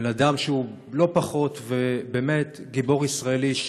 בן-אדם שהוא לא פחות ובאמת גיבור ישראלי,